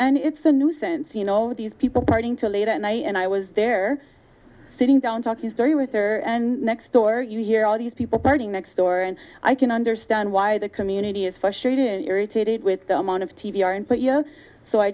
and it's a nuisance you know these people partying till late at night and i was there sitting down talking story with her and next door you hear all these people burning next door and i can understand why the community is frustrated irritated with the amount of t v our input you